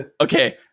okay